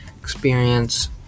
experience